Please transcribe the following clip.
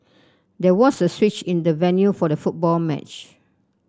there was a switch in the venue for the football match